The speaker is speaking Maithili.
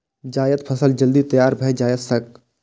जायद फसल जल्दी तैयार भए जाएत छैक